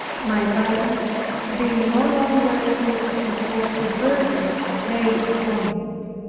my body being no longer able to support the burden laid upon it.